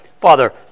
Father